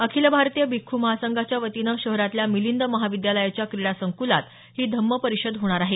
अखिल भारतीय भिक्ख् संघाच्यावतीनं शहरातल्या मिलिंद महाविद्यालयाच्या क्रीडा संक्लात ही धम्म परिषद होणार आहे